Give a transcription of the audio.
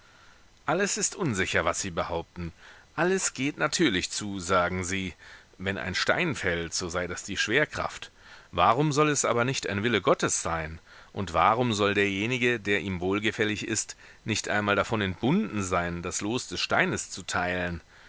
alles ist unsicher was sie behaupten alles geht natürlich zu sagen sie wenn ein stein fällt so sei das die schwerkraft warum soll es aber nicht ein wille gottes sein und warum soll derjenige der ihm wohlgefällig ist nicht einmal davon entbunden sein das los des steines zu teilen